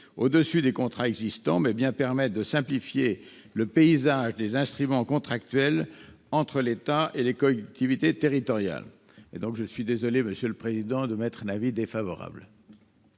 sur les contrats existants, mais bien permettre de simplifier le paysage des instruments contractuels entre l'État et les collectivités territoriales. Je suis désolé, monsieur le président, d'émettre un avis défavorable